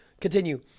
continue